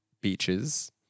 beaches